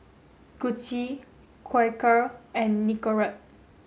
Gucci Quaker and Nicorette